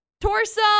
torso